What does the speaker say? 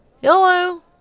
Hello